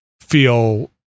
feel